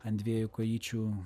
ant dviejų kojyčių